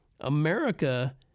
America